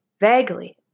vaguely